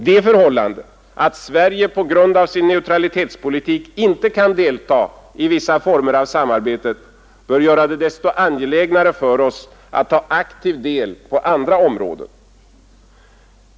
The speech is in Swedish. Det förhållandet att Sverige på grund av sin neutralitetspolitik inte kan delta i vissa former av samarbete bör göra det desto angelägnare för oss att ta aktiv del på andra områden.